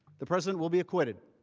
the president will be acquitted.